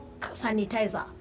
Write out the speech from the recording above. sanitizer